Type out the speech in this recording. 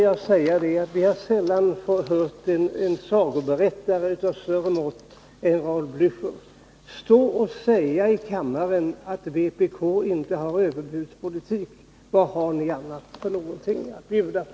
Sedan måste jag säga att vi sällan hört en sagoberättare av större mått än Raul Blächer. Han står och säger i kammaren att vpk inte för någon överbudspolitik. Vad har ni annat för någonting att bjuda på?